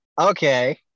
Okay